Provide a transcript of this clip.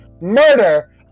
murder